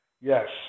Yes